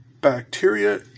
bacteria